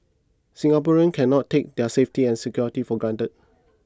Singaporeans cannot take their safety and security for granted